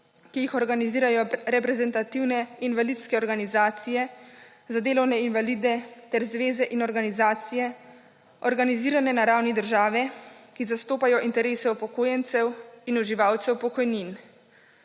ki jih organizirajo reprezentativne invalidske organizacije za delovne invalide ter zveze in organizacije, organizirane na ravni države, ki zastopajo interese upokojencev in uživalcev pokojnin.